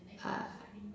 uh